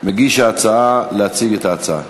מגיש ההצעה, להציג את ההצעה.